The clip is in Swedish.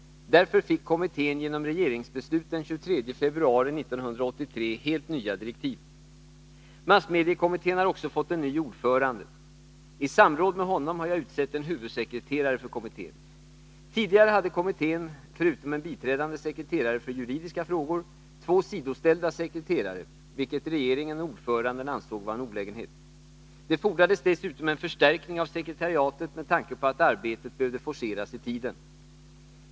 Därför fick kommittén genom regeringsbeslut den 23 februari 1983 helt nya direktiv. Massmediekommittén har också fått en ny ordförande. I samråd med honom har jag utsett en huvudsekreterare för kommittén. Tidigare hade kommittén — förutom en biträdande sekreterare för juridiska frågor — två sidoställda sekreterare, vilket regeringen och ordföranden ansåg vara en olägenhet. Det fordrades dessutom en förstärkning av sekretariatet med tanke på att arbetet behövde forceras tidsmässigt.